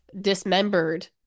dismembered